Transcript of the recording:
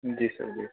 जी sir